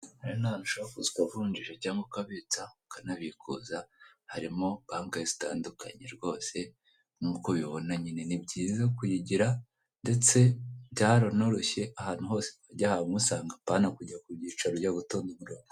Hano ni ahantu ushobora kuza ukavunjisha cyangwa ukabitsa, ukanabikuza, harimo banke zitandukanye rwose, nk'uko ubibona nyine ni byiza kuyigira ndetse byaranoroshye, ahantu hose wajya wahamusanga apana kujya ku byicaro ujya gutonda umurongo.